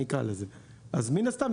ככה נקרא לזה; אז מן הסתם,